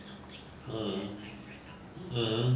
mm mmhmm